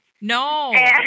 No